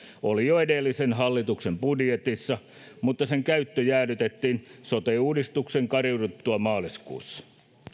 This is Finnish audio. oli jo edellisen hallituksen budjetissa mutta sen käyttö jäädytettiin sote uudistuksen kariuduttua maaliskuussa